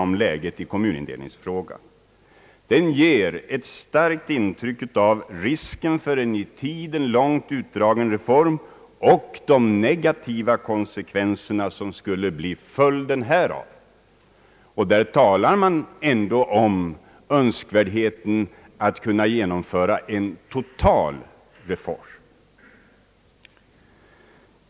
Den förmedlar ett starkt intryck av risken för en i tiden långt utdragen reform och de negativa konsekvenser en sådan utveckling skulle resultera i. Där talas det ändå om önskvärdheten av att kunna genomföra en total reform.